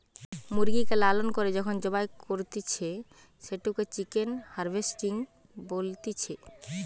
মুরগিকে লালন করে যখন জবাই করতিছে, সেটোকে চিকেন হার্ভেস্টিং বলতিছে